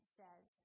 says